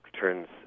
turns